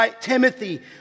Timothy